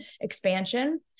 expansion